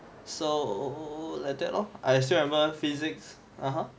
so like that lor I still remember physics (uh huh)